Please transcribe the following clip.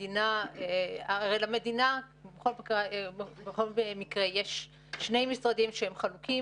כי הרי למדינה בכל מקרה יש שני משרדים שהם חלוקים.